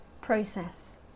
process